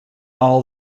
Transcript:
all